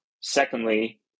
Secondly